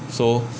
so